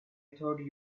thought